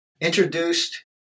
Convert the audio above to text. introduced